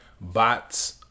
bots